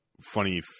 funny